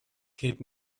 kid